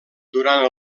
durant